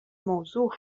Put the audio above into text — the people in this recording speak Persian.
موضوع